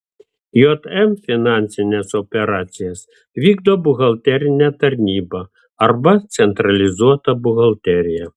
jm finansines operacijas vykdo buhalterinė tarnyba arba centralizuota buhalterija